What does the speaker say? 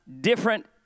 different